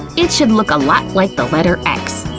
it should look a lot like the letter x.